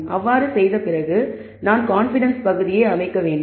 அவ்வாறு செய்த பிறகு நாம் கான்ஃபிடன்ஸ் பகுதியை அமைக்க வேண்டும்